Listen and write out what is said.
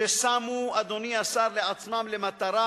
ששמו לעצמם למטרה,